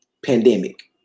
pandemic